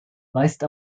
weist